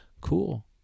Cool